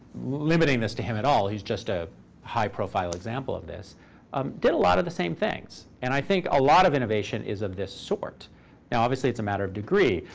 limiting this to him at all. he's just a high-profile example of this um did a lot of the same things. and i think a lot of innovation is of this sort. now obviously, it's a matter of degree.